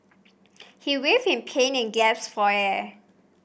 he writhed in pain and gasped for air